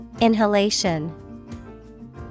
Inhalation